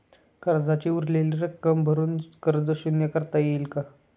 कर्जाची उरलेली रक्कम भरून कर्ज शून्य करता येईल का?